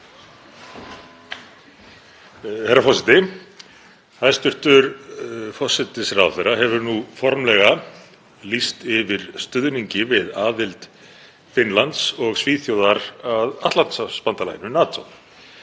Herra forseti. Hæstv. forsætisráðherra hefur nú formlega lýst yfir stuðningi við aðild Finnlands og Svíþjóðar að Atlantshafsbandalaginu, NATO.